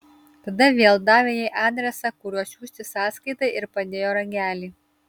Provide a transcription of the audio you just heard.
tada vėl davė jai adresą kuriuo siųsti sąskaitą ir padėjo ragelį